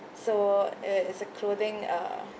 so it it's a clothing uh